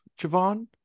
javon